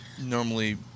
normally